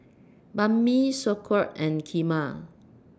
Banh MI Sauerkraut and Kheema